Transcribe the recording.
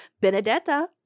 Benedetta